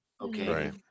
Okay